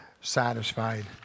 satisfied